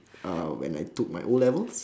uh when I took my O levels